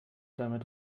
damit